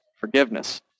forgiveness